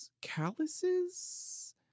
calluses